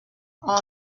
all